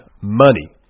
money